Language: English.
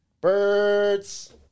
Birds